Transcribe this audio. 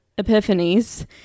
epiphanies